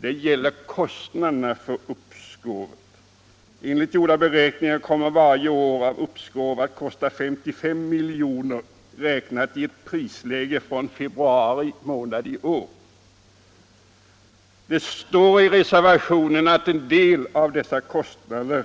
Det gäller kostnaderna för uppskovet. Enligt gjorda beräkningar kommer varje år av uppskov att kosta 55 milj.kr., räknat i prisläge från februari månad i år. Det står i reservationen att en del av dessa kostnader